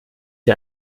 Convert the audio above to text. der